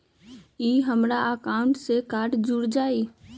ई हमर अकाउंट से कार्ड जुर जाई?